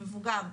מבוגר,